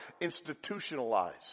Institutionalized